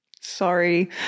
sorry